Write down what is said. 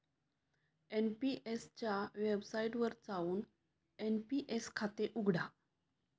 NPS च्या वेबसाइटवर जाऊन एन.पी.एस खाते उघडा